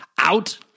out